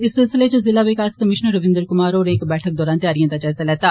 इस सिलसिले च जिला विकास कमीश्नर रविन्द्र कुमार होरें इक बैठक दौरान त्यारिए दा जायजा लैता